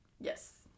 Yes